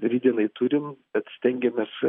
rytdienai turim bet stengiamės